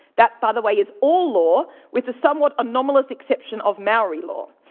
that, by the way, is all law with the somewhat anomalous exception of maori law.